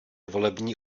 volební